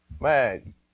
Man